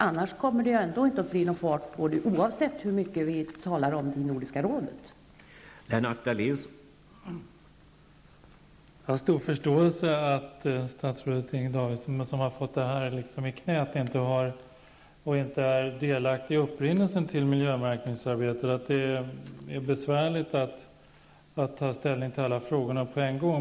Annars kommer det ändå inte att bli någon fart på arbetet, oavsett hur mycket vi talar om det i